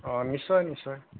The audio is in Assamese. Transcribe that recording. অঁ নিশ্চয় নিশ্চয়